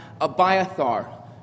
Abiathar